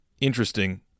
Interesting